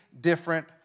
different